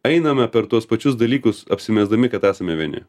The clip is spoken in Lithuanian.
einame per tuos pačius dalykus apsimesdami kad esame vieni